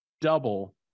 double